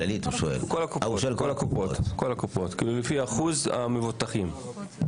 כל הקופות לפי אחוז המבוטחים.